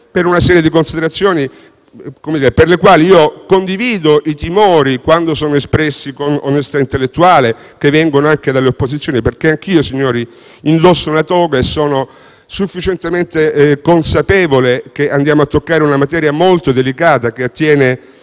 per una serie di considerazioni delle quali condivido i timori, perché espressi con onestà intellettuale, che vengono dall'opposizione. Anch'io, signori, indosso una toga e sono sufficientemente consapevole che andiamo a toccare una materia molto delicata, che attiene